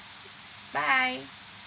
bye